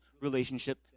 relationship